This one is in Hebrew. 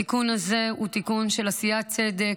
התיקון הזה הוא תיקון של עשיית צדק,